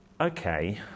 Okay